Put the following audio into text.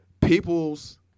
people's